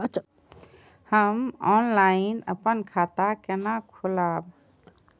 हम ऑनलाइन अपन खाता केना खोलाब?